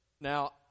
Now